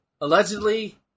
Allegedly